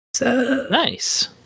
Nice